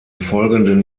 folgenden